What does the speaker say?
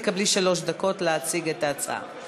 את תקבלי שלוש דקות להציג את ההצעה.